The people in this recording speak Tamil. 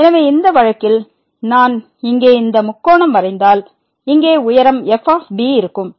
எனவே இந்த வழக்கில் நான் இங்கே இந்த முக்கோணம் வரைந்தால் இங்கே உயரம் f இருக்கும்